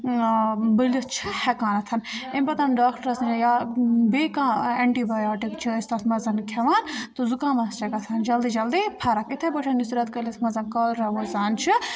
بٔلِتھ چھِ ہٮ۪کان اَتھَن ایٚمہِ پَتَن ڈاکٹرَس نِش یا بیٚیہِ کانٛہہ اٮ۪نٹی بَیوٹِک چھِ أسۍ تَتھ منٛز کھٮ۪وان تہٕ زُکامَس چھِ گژھان جلدی جلدی فَرَکھ اِتھَے پٲٹھۍ یُس رٮ۪تہٕ کٲلِس منٛز کالر وُزان چھِ